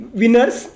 winners